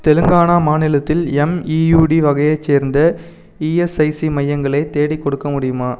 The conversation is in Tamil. தெலுங்கானா மாநிலத்தில் எம்இயுடி வகையைச் சேர்ந்த இஎஸ்ஐசி மையங்களை தேடிக்கொடுக்க முடியுமா